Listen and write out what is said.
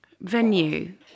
venue